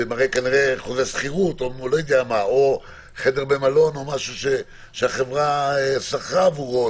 ומראה חוזה שכירות או חדר במלון שהחברה שכרה עבורו,